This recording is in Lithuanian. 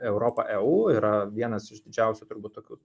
europa eu yra vienas iš didžiausių turbūt tokių